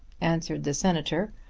answered the senator,